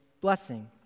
blessing